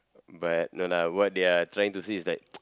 but no lah what they are trying to say is that